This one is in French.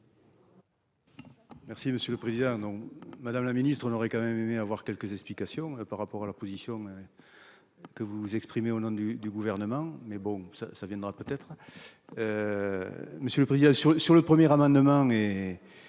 Merci monsieur le président. Non, madame la ministre, on aurait quand même aimé avoir quelques explications par rapport à la position. Que vous vous exprimez au nom du du gouvernement mais bon ça ça viendra peut-être. Monsieur le président. Sur sur le premier amendement